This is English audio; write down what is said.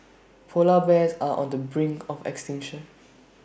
Polar Bears are on the brink of extinction